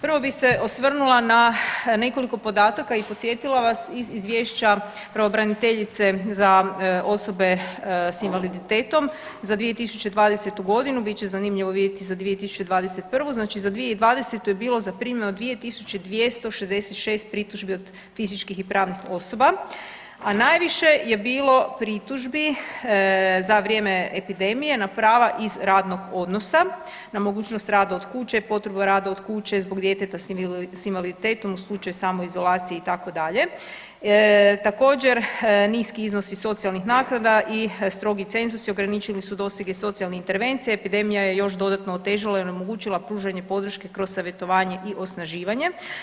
Prvo bi se osvrnula na nekoliko podataka i podsjetila vas iz Izvješća pravobraniteljice za osobe s invaliditetom za 2020.g. bit će zanimljivo vidjeti za 2021., znači za 2020.je bilo zaprimljeno 2.266 pritužbi od fizičkih i pravnih osoba, a najviše je bilo pritužbi za vrijeme epidemije na prava iz radnog odnosa na mogućnost rada od kuće, potrebu rada od kuće zbog djeteta s invaliditetom u slučaju samoizolacije itd., također niski iznosi socijalnih naknada i strogi cenzusi ograničili su dosege socijalne intervencije, epidemija je još dodatno otežala i onemogućila pružanje podrške kroz savjetovanje i osnaživanje.